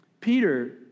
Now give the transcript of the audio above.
Peter